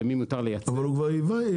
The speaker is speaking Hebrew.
למי מותר לייצר --- אבל הוא כבר ייבא,